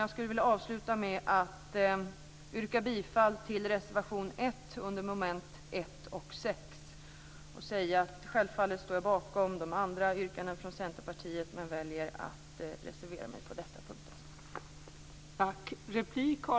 Jag skulle vilja avsluta mitt anförande med att yrka bifall till reservation 1 under mom. 1 och 6 och säga att jag självfallet står bakom övriga yrkanden från Centerpartiet men väljer att reservera mig på dessa punkter.